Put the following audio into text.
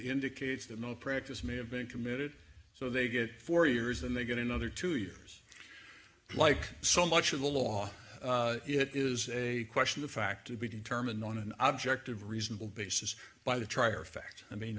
indicates that no practice may have been committed so they get four years and they get another two years like so much of the law it is a question of fact to be determined on an object of reasonable basis by the trier of fact i mean